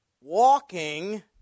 walking